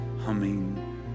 humming